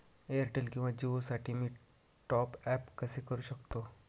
Airtel किंवा जिओसाठी मी टॉप ॲप कसे करु शकतो?